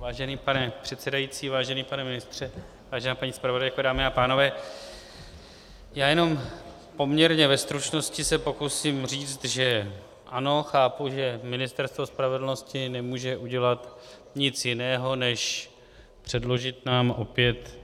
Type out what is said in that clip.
Vážený pane předsedající, vážený pane ministře, vážená paní zpravodajko, dámy a pánové, jenom poměrně ve stručnosti se pokusím říct, že ano, chápu, že Ministerstvo spravedlnosti nemůže udělat nic jiného než předložit nám opět